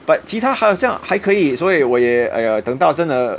but 其他好像还可以所以我也 !aiya! 等到真的